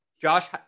Josh